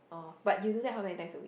oh but you do that how many times a week